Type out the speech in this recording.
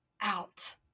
out